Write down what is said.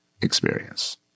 experience